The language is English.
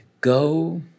go